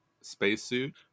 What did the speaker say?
spacesuit